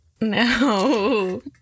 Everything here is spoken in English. no